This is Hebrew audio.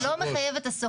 זה לא מחייב את השוכר.